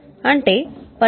అంటే రూ